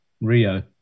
Rio